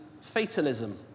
fatalism